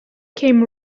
came